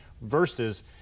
versus